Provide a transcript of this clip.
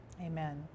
Amen